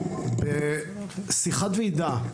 בשיחת ועידה,